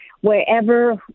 wherever